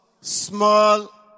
Small